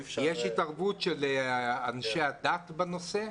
יש התערבות של אנשי הדת בנושא?